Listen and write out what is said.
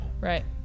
Right